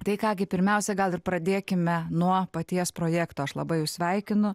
tai ką gi pirmiausia gal ir pradėkime nuo paties projekto aš labai jus sveikinu